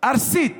ארסית